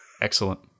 excellent